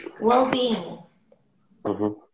well-being